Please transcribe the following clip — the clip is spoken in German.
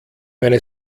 meine